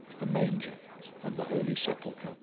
the manger and the holy sepulchre.